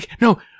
no